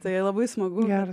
tai labai smagu geras